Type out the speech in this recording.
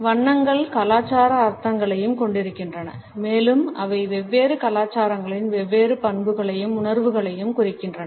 வண்ணங்கள் கலாச்சார அர்த்தங்களையும் கொண்டிருக்கின்றன மேலும் அவை வெவ்வேறு கலாச்சாரங்களில் வெவ்வேறு பண்புகளையும் உணர்வுகளையும் குறிக்கின்றன